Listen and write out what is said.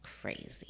crazy